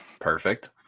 Perfect